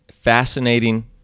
Fascinating